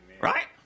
right